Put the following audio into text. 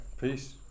Peace